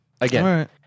Again